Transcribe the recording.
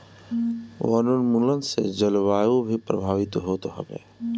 वनोंन्मुलन से जलवायु भी प्रभावित होत हवे